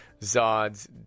Zod's